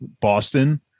Boston